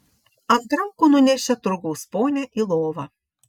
ant rankų nunešė turgaus ponią į lovą